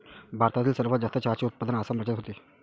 भारतातील सर्वात जास्त चहाचे उत्पादन आसाम राज्यात होते